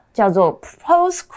叫做Post